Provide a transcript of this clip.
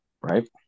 right